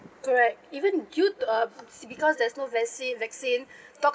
correct even good uh is because there is no vaccine vaccine